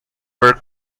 were